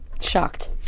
shocked